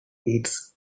its